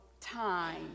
time